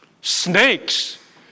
snakes